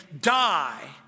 die